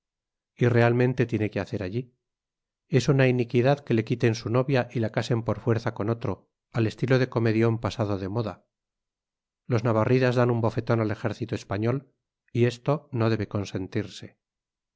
y realmente tiene que hacer allí es una iniquidad que le quiten su novia y la casen por fuerza con otro a estilo de comedión pasado de moda los navarridas dan un bofetón al ejército español y esto no debe consentirse